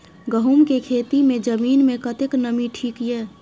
गहूम के खेती मे जमीन मे कतेक नमी ठीक ये?